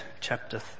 chapter